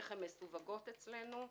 איך הן מסווגות אצלנו.